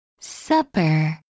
Supper